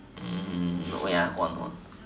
oh ya on on